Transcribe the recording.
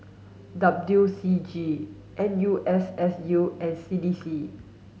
W C G N U S S U and C D C